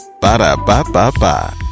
Ba-da-ba-ba-ba